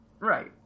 Right